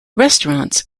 restaurants